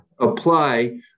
apply